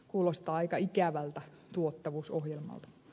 kuulostaa aika ikävältä tuottavuusohjelmalta